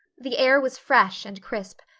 the air was fresh and crisp,